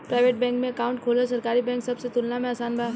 private bank में account खोलल सरकारी बैंक सब के तुलना में आसान बा